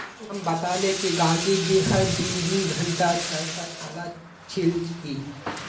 राम बताले कि गांधी जी हर दिन दी घंटा चरखा चला छिल की